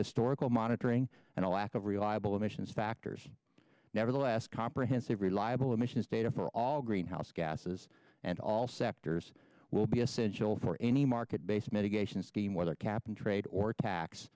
historical monitoring and a lack of reliable emissions factors nevertheless comprehensive reliable emissions data for all greenhouse gases and all sectors will be essential for any market based medication scheme whether cap and trade or tax